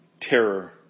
terror